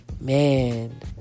man